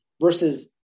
versus